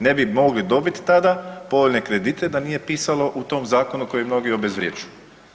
Ne bi mogli dobiti tada povoljne kredite da nije pisalo u tom zakonu koji mnogi obezvređuju.